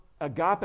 agape